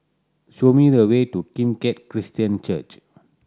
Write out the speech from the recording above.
show me the way to Kim Keat Christian Church